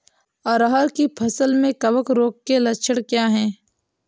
अरहर की फसल में कवक रोग के लक्षण क्या है?